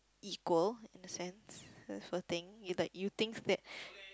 equal in a sense that sort of thing you the you thinks that